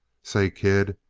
say, kid,